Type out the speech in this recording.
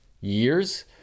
years